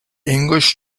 english